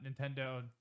nintendo